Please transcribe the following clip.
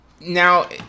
Now